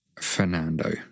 Fernando